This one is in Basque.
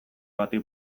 bati